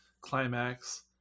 climax